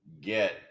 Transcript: get